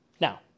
Now